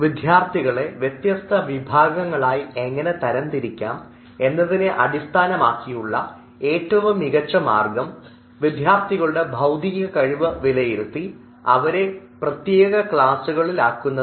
വിദ്യാർത്ഥികളെ വ്യത്യസ്ത വിഭാഗങ്ങളായി എങ്ങനെ തരംതിരിക്കാം എന്നതിനെ അടിസ്ഥാനമാക്കിയുള്ള ഏറ്റവും മികച്ച മാർഗം വിദ്യാർത്ഥികളുടെ ബദ്ധിക കഴിവ് വിലയിരുത്തി അവരെ പ്രത്യേക ക്ലാസുകളാക്കുന്നതാണ്